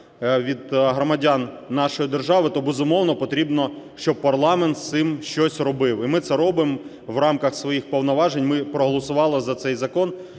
громадян нашої держави, то, безумовно, потрібно, щоб парламент з цим щось робив. І ми це робимо в рамках своїх повноважень, ми проголосували за цей закон.